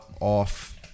off